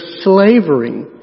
slavery